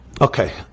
Okay